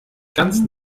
ganz